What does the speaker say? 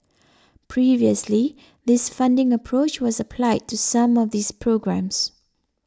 previously this funding approach was applied to some of these programmes